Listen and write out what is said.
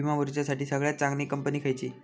विमा भरुच्यासाठी सगळयात चागंली कंपनी खयची?